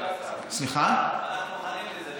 אדוני השר.